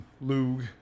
Lug